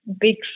big